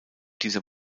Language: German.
dieser